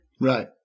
right